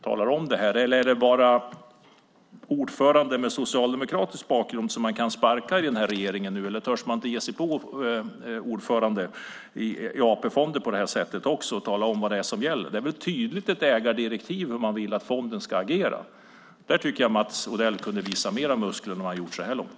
Eller är det bara ordförande med socialdemokratisk bakgrund som den här regeringen kan sparka? Törs man inte ge sig på ordförande i AP-fonder också och tala om vad det är som gäller. Det finns väl ett tydligt ägardirektiv hur fonden ska agera. Där tycker jag att Mats Odell kunde visa mer muskler än vad han gjort så här långt.